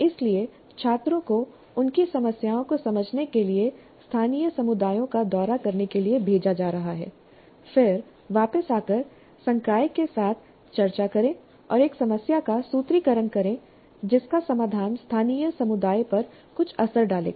इसलिए छात्रों को उनकी समस्याओं को समझने के लिए स्थानीय समुदायों का दौरा करने के लिए भेजा जा रहा है फिर वापस आकर संकाय के साथ चर्चा करें और एक समस्या का सूत्रीकरण करें जिसका समाधान स्थानीय समुदाय पर कुछ असर डालेगा